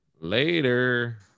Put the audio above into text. Later